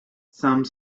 some